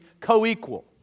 co-equal